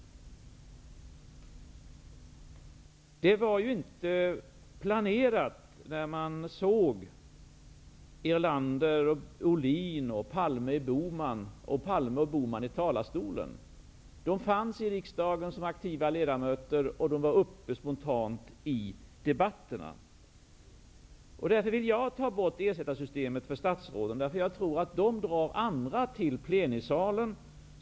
Det var ju inte planerat i förväg när man skulle få se Erlander, Olin, Palme och Bohman i talarstolen. De fanns i riksdagen som aktiva ledamöter och deltog spontant i debatterna. Jag vill ta bort ersättarsystemet eftersom jag tror att statsråden drar andra till plenisalen.